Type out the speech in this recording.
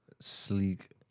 sleek